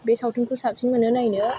बे सावथुनखौ साबसिन मोनो नायनो